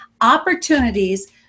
Opportunities